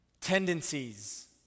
tendencies